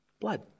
blood